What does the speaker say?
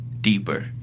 deeper